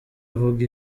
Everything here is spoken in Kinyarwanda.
avuga